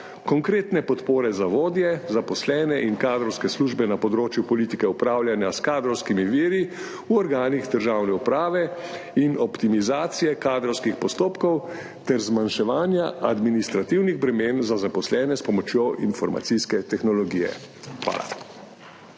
konkretne podpore za vodje, zaposlene in kadrovske službe na področju politike upravljanja s kadrovskimi viri v organih državne uprave in optimizacije kadrovskih postopkov ter zmanjševanja administrativnih bremen za zaposlene s pomočjo informacijske tehnologije. Hvala.